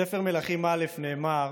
בספר מלכים א' נאמר